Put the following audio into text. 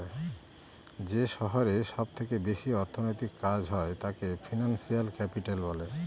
যে শহরে সব থেকে বেশি অর্থনৈতিক কাজ হয় তাকে ফিনান্সিয়াল ক্যাপিটাল বলে